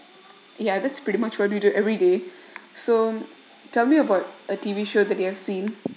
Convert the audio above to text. yeah that's pretty much what you do everyday so tell me about a T_V show that you have seen